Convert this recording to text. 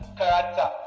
character